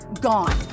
gone